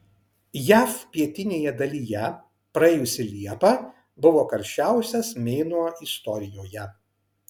jav pietinėje dalyje praėjusi liepa buvo karščiausias mėnuo istorijoje